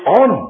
on